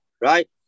right